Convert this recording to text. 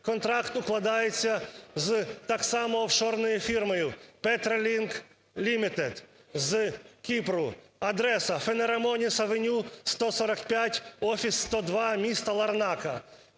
контракт укладається з так само офшорною фірмою Petralink Limited з Кіпру. Адреса: Фенеронеміс Авеню, 145, офіс 102, міста Ларнака.